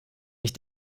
ich